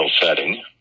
setting